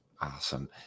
Awesome